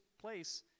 place